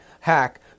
hack